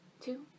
two